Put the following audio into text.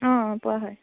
অঁ পোৱা হয়